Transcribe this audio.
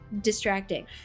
distracting